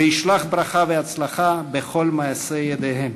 וישלח ברכה והצלחה בכל מעשי ידיהם.